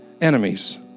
enemies